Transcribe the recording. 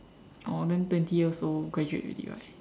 oh then twenty years old graduate already right